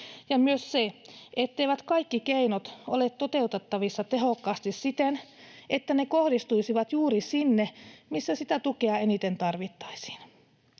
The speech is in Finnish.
ja myös se, etteivät kaikki keinot ole toteutettavissa tehokkaasti siten, että ne kohdistuisivat juuri sinne, missä sitä tukea eniten tarvittaisiin.